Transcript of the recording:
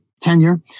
tenure